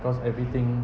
cause everything